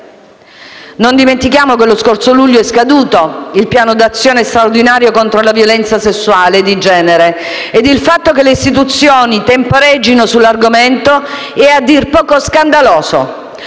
Non dimentichiamo che lo scorso luglio è scaduto il piano d'azione straordinario contro la violenza sessuale e di genere e il fatto che le istituzioni temporeggino sull'argomento è a dir poco scandaloso.